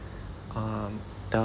um the